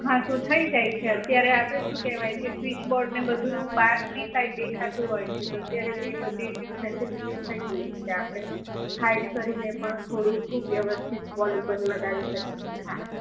હા તો થઈ જાય છે અત્યારે આપણે શું કહેવાય કે સ્વિચ બોર્ડ ને બધું બહારની સાઈડ દેખાતું હોય છે અત્યારે તો એ બધી જ ફેસલિટીસ થઈ ગઈ છે કે આપણે હાઇડ કરીને પણ થોડુંક વ્યવસ્થિત વોલ ઉપર લગાવી શકીએ હા